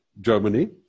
Germany